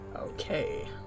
Okay